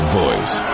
voice